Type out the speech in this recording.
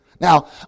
Now